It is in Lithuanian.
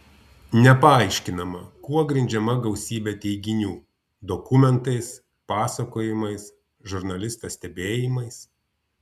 nepaaiškinama kuo grindžiama gausybė teiginių dokumentais pasakojimais žurnalisto stebėjimais